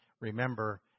remember